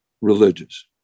religious